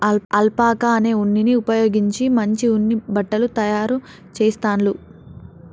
alpaca అనే ఉన్నిని ఉపయోగించి మంచి ఉన్ని బట్టలు తాయారు చెస్తాండ్లు